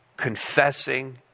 confessing